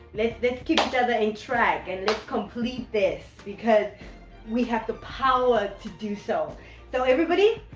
let's let's keep each other in track and let's complete this because we have the power to do so so everybody